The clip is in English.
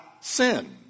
sin